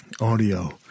Audio